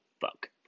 Fuck